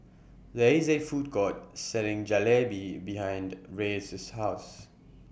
There IS A Food Court Selling Jalebi behind Reyes' House